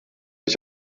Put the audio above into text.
ich